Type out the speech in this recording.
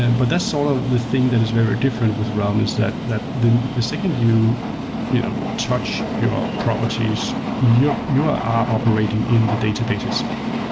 and but that's all of the thing that is very different with realm is that that the the second you you know touch your properties, you are operating in the database itself.